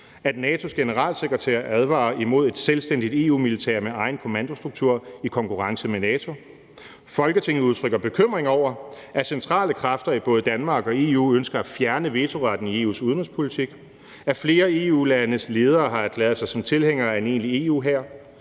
at NATO’s generalsekretær advarer imod et selvstændigt EU-militær med egen kommandostruktur i konkurrence med NATO. Folketinget udtrykker bekymring over, - at centrale kræfter i både Danmark og EU ønsker at fjerne vetoretten i EU’s udenrigspolitik, - at flere EU-landes ledere har erklæret sig som tilhængere af en